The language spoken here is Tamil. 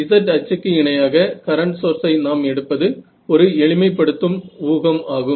Z அச்சுக்கு இணையாக கரண்ட் சோர்ஸை நாம் எடுப்பது ஒரு எளிமைப்படுத்தும் ஊகம் ஆகும்